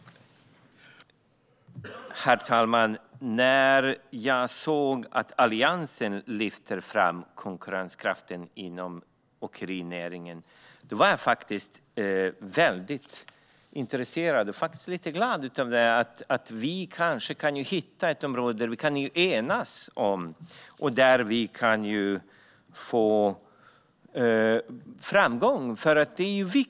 Herr talman! När jag såg att Alliansen lyfte fram konkurrenskraften inom åkerinäringen blev jag väldigt intresserad och faktiskt lite glad över att vi kanske skulle kunna hitta ett område där vi kan enas och nå framgång.